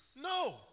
No